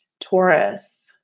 Taurus